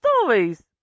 Stories